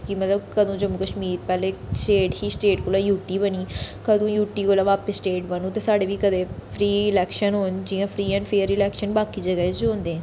कि मतलब कदों जम्मू कश्मीर पैह्ले इक स्टेट ही स्टेट कोला यू टी बनी कदूं यू टी कोला बापस स्टेट बनग ते साढ़े बी कदें फ्री इलैक्शन होन जियां फ्री एंड फेयर इलैक्शन बाकी जगह् च होंदे